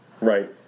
Right